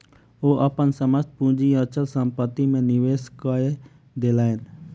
ओ अपन समस्त पूंजी अचल संपत्ति में निवेश कय देलैन